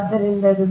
ಆದ್ದರಿಂದ ಇದು